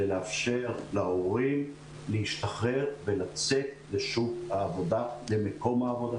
לאפשר להורים להשתחרר ולצאת לשוק העבודה ולמקום העבודה,